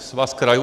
Svaz krajů.